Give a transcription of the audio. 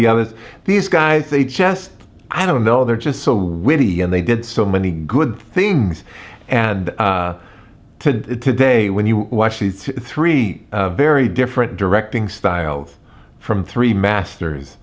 the other these guys they just i don't know they're just so witty and they did so many good things and to do it today when you watch these three very different directing styles from three masters